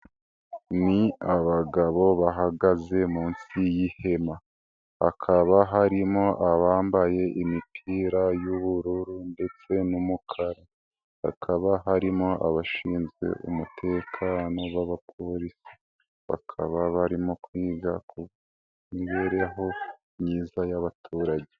Ni abagabo bahagaze munsi y'ihema, hakaba harimo abambaye imipira y'ubururu ndetse n'umukara, hakaba harimo abashinzwe umutekano b'abapolisi, bakaba barimo kwiga ku mibereho myiza y'abaturage.